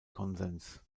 konsens